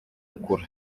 ukuri